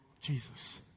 Jesus